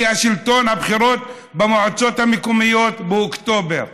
כי הבחירות במועצות המקומיות באוקטובר.